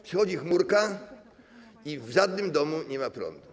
Przychodzi chmurka i w żadnym domu nie ma prądu.